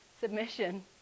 submission